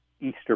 Easter